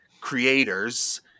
creators